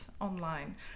online